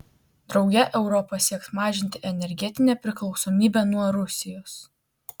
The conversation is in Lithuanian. drauge europa sieks mažinti energetinę priklausomybę nuo rusijos